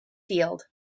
field